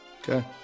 Okay